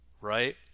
right